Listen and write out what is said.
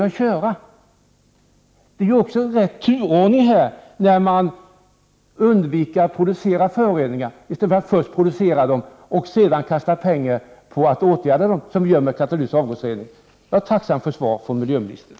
Mitt försök innebär också rätt turordning, man undviker att producera föroreningar i stället för att först producera dem och sedan kasta ut pengar på att åtgärda dem, vilket vi gör med katalytisk avgasrening. Jag vore tacksam för ett svar från miljöministern.